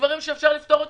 שאפשר לפתור,